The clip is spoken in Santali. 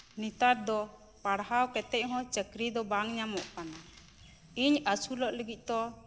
ᱱᱮᱛᱟᱨ ᱫᱚ ᱯᱟᱲᱦᱟᱣ ᱠᱟᱛᱮᱫ ᱦᱚᱸ ᱪᱟᱠᱨᱤ ᱫᱚ ᱵᱟᱝ ᱧᱟᱢᱚᱜ ᱠᱟᱱᱟ ᱤᱧ ᱟᱥᱩᱞᱚᱜ ᱞᱟᱜᱤᱫ ᱛᱚ